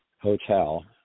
hotel